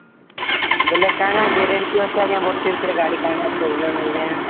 ବୋଲେ କାଣା କାଣା ଗ୍ୟାରେଣ୍ଟି ଅଛି ଆଜ୍ଞା ବର୍ଷେ ଭିତରେ ଗାଡ଼ି ପାଇଁ ପ୍ରୋବ୍ଲେମ୍ ହେଲେ